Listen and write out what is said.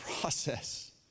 process